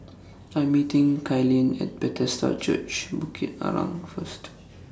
I Am meeting Kaylyn At Bethesda Church Bukit Arang First